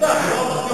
מוצלח.